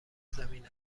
زمین